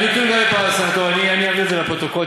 אעביר את זה לפרוטוקול.